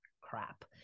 crap